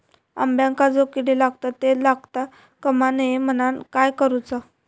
अंब्यांका जो किडे लागतत ते लागता कमा नये म्हनाण काय करूचा?